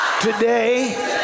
Today